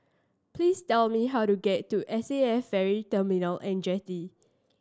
please tell me how to get to S A F Ferry Terminal And Jetty